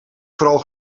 vooral